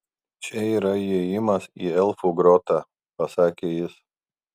čia yra įėjimas į elfų grotą pasakė jis